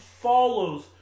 follows